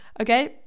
Okay